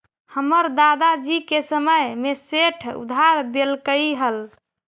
हमर दादा जी के समय में सेठ उधार देलकइ हल